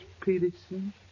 Peterson